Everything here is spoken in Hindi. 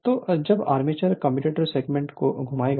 तो जब आर्मेचर कम्यूटेटर सेगमेंट को घुमाएगा